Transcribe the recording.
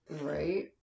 Right